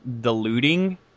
diluting